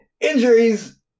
injuries